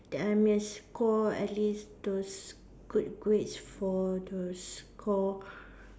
that I may score at least those good grades for the score